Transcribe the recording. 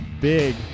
big